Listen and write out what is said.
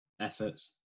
efforts